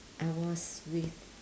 I was with